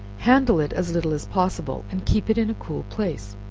handle it as little as possible, and keep it in a cool place.